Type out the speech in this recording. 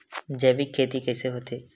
जैविक खेती कइसे होथे?